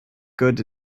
good